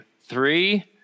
three